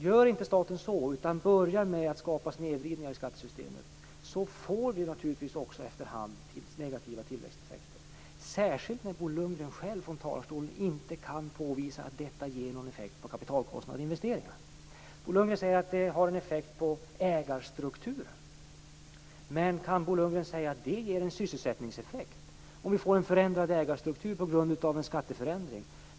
Gör inte staten så utan börjar skapa snedvridningar i skattesystemet får vi naturligtvis också efter hand negativa tillväxteffekter, särskilt när Bo Lundgren själv från talarstolen inte kan påvisa att detta ger någon effekt på kapitalkostnad och investeringar. Bo Lundgren säger att det har en effekt på ägarstrukturen. Men kan Bo Lundgren säga att det ger en sysselsättningseffekt om vi får en förändrad ägarstruktur på grund av en skatteförändring?